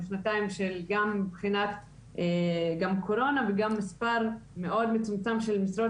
בשנתיים של גם קורונה וגם מספר מאוד מצומצם של משרות,